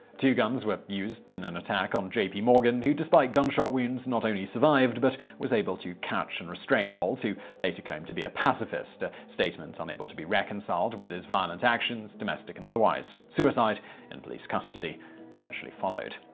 two guns were used in an attack on j p. morgan, who despite gunshot wounds not only survived, but was able to catch and restrain holt, who later claimed to be a pacifist statement unable to be reconciled with his violent actions, domestic and otherwise. suicide in police custody eventually followed.